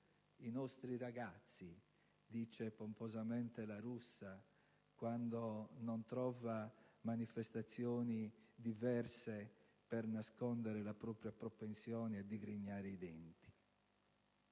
«I nostri ragazzi», dice pomposamente il ministro La Russa quando non trova manifestazioni diverse per nascondere la propria propensione a digrignare i denti.